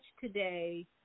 today